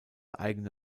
eigene